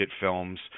films